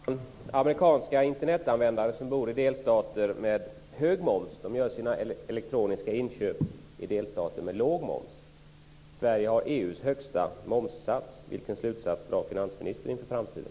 Fru talman! Amerikanska Internetanvändare som bor i delstater med hög moms gör sina elektroniska inköp i delstater med låg moms. Sverige har EU:s högsta momssats. Vilken slutsats drar finansministern inför framtiden?